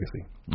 legacy